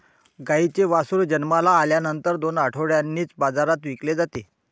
गाईचे वासरू जन्माला आल्यानंतर दोन आठवड्यांनीच बाजारात विकले जाते